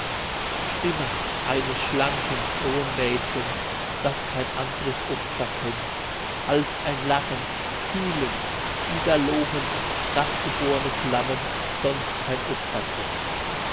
stimme eines schlanken frohen mädchens das kein andres opfer kennt als ein lachen kühlend die da lohen nachtgeborne flammen sonst kein opfer kennt